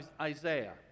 Isaiah